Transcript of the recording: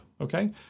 okay